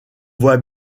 voit